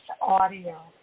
audio